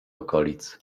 okolic